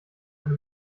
eine